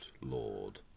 Lord